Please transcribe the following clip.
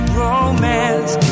romance